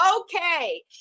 Okay